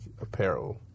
apparel